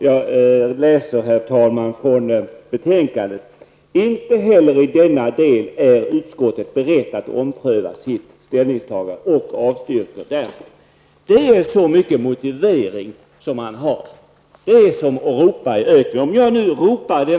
Jag läser från betänkandet: Inte heller i denna del är utskottet berett att ompröva sitt ställningstagande och avstyrker därför... Det är så mycket motivering man har att komma med. Det är som att ropa i öknen.